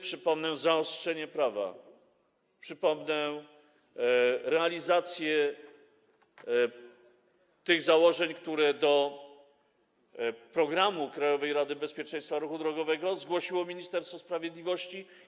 Przypomnę: zaostrzenie prawa, realizacja założeń, które do programu Krajowej Rady Bezpieczeństwa Ruchu Drogowego zgłosiło Ministerstwo Sprawiedliwości.